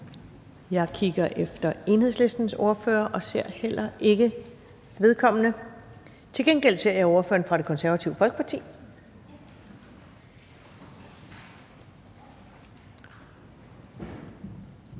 Jeg kigger efter Enhedslistens ordfører og ser heller ikke vedkommende. Til gengæld ser jeg ordføreren fra Det Konservative Folkeparti.